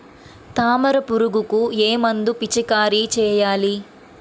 తామర పురుగుకు ఏ మందు పిచికారీ చేయాలి?